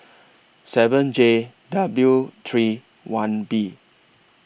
seven J W three one B